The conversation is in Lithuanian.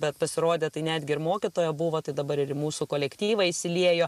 bet pasirodė tai netgi ir mokytoja buvo tai dabar ir į mūsų kolektyvą įsiliejo